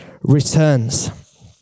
returns